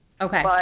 Okay